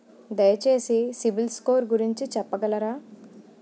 దయచేసి CIBIL score గురించి చెప్పగలరా?